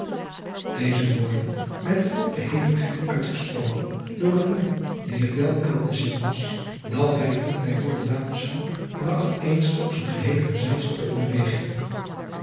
eze woorden met groote hevigheid uitgesproken door een man dien het wel aan te zien was dat hij het niet bij woorden laten zou bragt eensklaps het geheele gezelschap in beweging